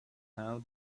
how